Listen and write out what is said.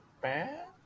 bad